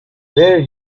where